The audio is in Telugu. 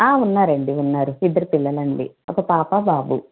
ఉన్నారండీ ఉన్నారు ఇద్దరు పిల్లలండీ ఒక పాపా బాబు